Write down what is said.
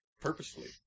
Purposefully